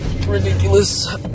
ridiculous